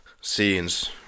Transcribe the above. scenes